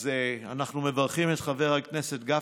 אז אנחנו מברכים את חבר הכנסת גפני,